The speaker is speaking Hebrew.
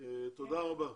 תודה רבה.